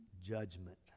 judgment